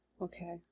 Okay